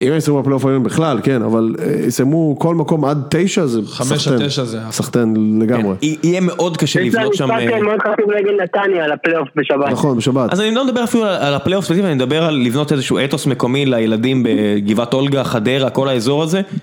אם הם יסיימו בפלייאוף היום בכלל, כן, אבל יסיימו כל מקום עד תשע, זה סחטיין לגמרי. יהיה מאוד קשה לבנות שם... אצלנו שבתר מאוד חשוב להגיע נתניה לפלייאוף בשבת. נכון, בשבת. אז אני לא מדבר אפילו על הפלייאוף, אני מדבר על לבנות איזשהו אתוס מקומי לילדים בגבעת אולגה, חדרה, כל האזור הזה.